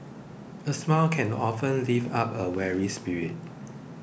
a smile can often lift up a weary spirit